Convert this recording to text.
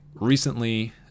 Recently